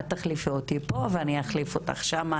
את תחליפי אותי פה ואני אחליף אותך שם,